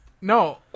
No